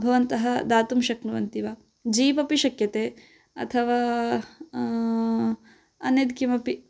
भवन्तः दातुं शक्नुवन्ति वा जीप् अपि शक्यते अथवा अन्यत् किमपि